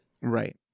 Right